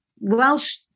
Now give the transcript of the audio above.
Welsh